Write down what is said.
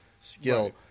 skill